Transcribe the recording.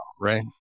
right